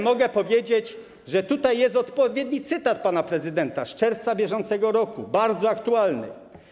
Mogę powiedzieć, że tu jest odpowiedni cytat pana prezydenta z czerwca br., bardzo aktualny: